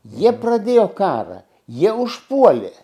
jie pradėjo karą jie užpuolė